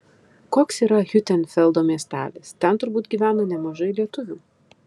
koks yra hiutenfeldo miestelis ten turbūt gyvena nemažai lietuvių